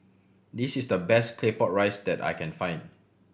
this is the best Claypot Rice that I can find